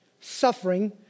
Suffering